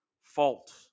fault